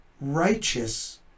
righteous